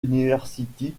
university